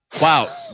wow